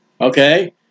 Okay